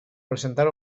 presentar